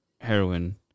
heroin